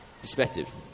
perspective